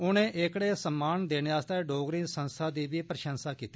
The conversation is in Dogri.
उनें एकड़े सम्मान देने आस्तै डोगरी संस्था दी बी प्रशंसा कीती